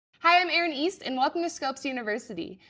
hi, i'm erin east and welcome to scopes university.